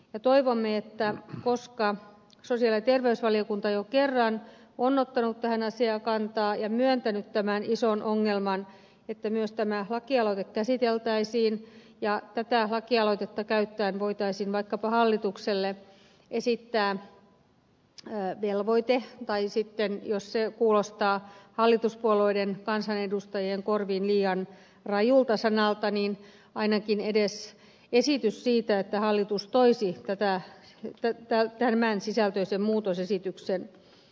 me toivomme koska sosiaali ja terveysvaliokunta jo kerran on ottanut tähän asiaan kantaa ja myöntänyt tämän ison ongelman että myös tämä laki aloite käsiteltäisiin ja tätä lakialoitetta käyttäen voitaisiin vaikkapa hallitukselle esittää velvoite tai sitten jos se kuulostaa hallituspuolueiden kansanedustajien korviin liian rajulta sanalta ainakin että hallitus toisi tämän sisältöisen muutosesityksen